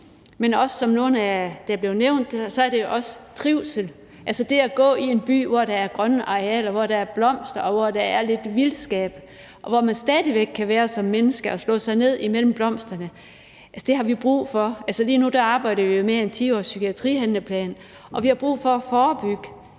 vi har brug for at kunne gå i en by, hvor der er grønne arealer, blomster og lidt vildskab, og hvor man stadig væk kan være som menneske og slå sig ned imellem blomsterne. Lige nu arbejder vi jo med en 10-årspsykiatrihandleplan, og vi har brug for at forebygge